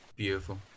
Beautiful